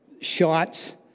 shots